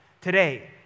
today